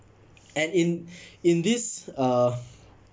and in in this uh